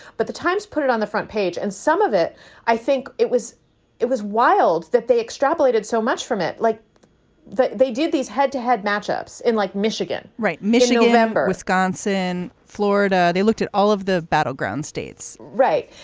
but the times put it on the front page and some of it i think it was it was wild that they extrapolated so much from it like they did these head to head matchups in like michigan right. michigan member wisconsin, florida, they looked at all of the battleground states states right.